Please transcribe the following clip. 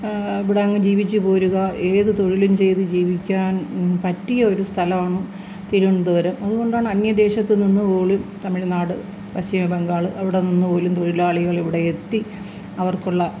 ഇവിടങ്ങ് ജീവിച്ചുപോരുക ഏത് തൊഴിലും ചെയ്തു ജീവിക്കാൻ പറ്റിയ ഒരു സ്ഥലമാണ് തിരുവനന്തപുരം അതുകൊണ്ടാണ് അന്യദേശത്തുനിന്നുപോലും തമിഴ്നാട് പശ്ചിമബംഗാള് അവിടെനിന്നുപോലും തൊഴിലാളികള് ഇവിടെയെത്തി അവർക്കുള്ള